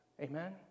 Amen